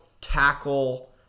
tackle